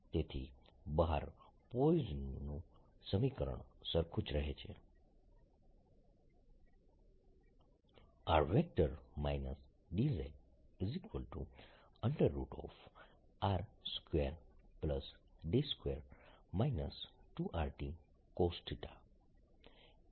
તેથી બહાર પોઇઝનનું સમીકરણ Poisson's equation સરખું જ રહે છે r dzr2d2 2rdcosθ